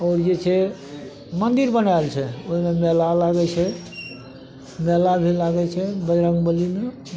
आओर जे छै मन्दिर बनायल छै ओहिमे मेला लागै छै मेला भी लागै छै बजरंगबलीमे